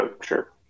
sure